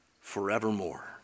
forevermore